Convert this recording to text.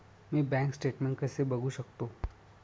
मी bank statement कसे बघू शकतो?